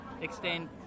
extend